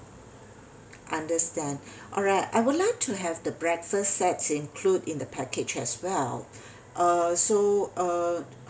understand alright I would like to have the breakfast sets include in the package as well uh so uh